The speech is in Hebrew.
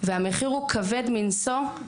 והמחיר הוא כבד מנשוא,